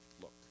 look